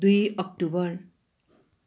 दुई अक्टोबर